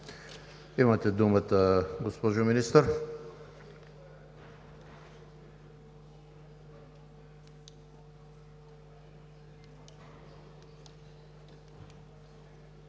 Имате думата, госпожо Министър.